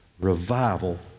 revival